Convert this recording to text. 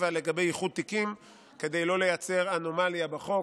לגבי איחוד תיקים כדי לא לייצר אנומליה בחוק,